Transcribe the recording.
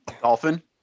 Dolphin